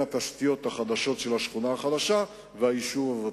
התשתיות החדשות של השכונה החדשה לבין היישוב הוותיק.